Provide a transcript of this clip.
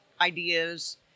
ideas